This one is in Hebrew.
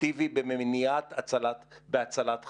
אפקטיבי בהצלת חיים.